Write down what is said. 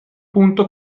punto